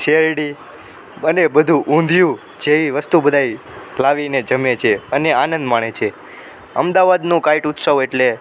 શેરડી અને બધું ઊંધિયું જેવી વસ્તુ બધાંય લાવીને જમે છે અને આનંદ માણે છે અમદાવાદનું કાઈટ ઉત્સવ એટલે